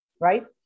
right